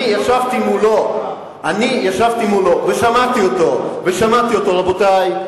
אני ישבתי מולו ושמעתי אותו: רבותי,